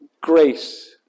Grace